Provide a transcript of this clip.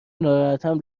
ناراحتم